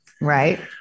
Right